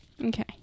Okay